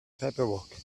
paperwork